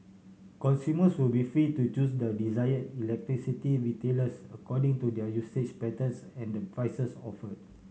consumers will be free to choose their desired electricity retailers according to their usage patterns and the prices offered